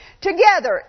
together